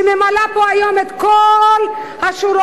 שממלאת פה היום את כל השורות,